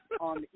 on